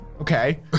Okay